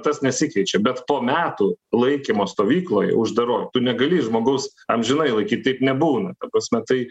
tas nesikeičia bet po metų laikymo stovykloje uždaroj tu negali žmogaus amžinai laikyt taip nebūna ta prasme tai